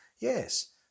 Yes